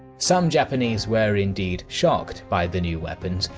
some japanese were indeed shocked by the new weapons,